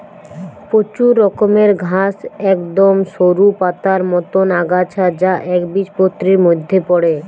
প্রচুর রকমের ঘাস একদম সরু পাতার মতন আগাছা যা একবীজপত্রীর মধ্যে পড়ে